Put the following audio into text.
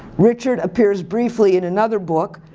richard appears briefly in another book.